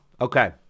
Okay